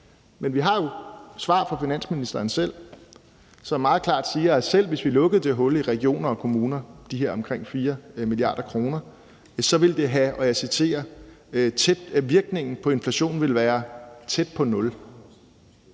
Men vi har jo svar fra finansministeren selv, som meget klart siger, at selv hvis vi lukkede det hul i regioner og kommuner på de her omkring 4 mia. kr., ville virkningen på inflationen være, og jeg